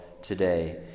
Today